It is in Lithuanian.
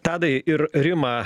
tadai ir rima